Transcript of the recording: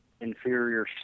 inferior